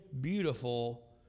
beautiful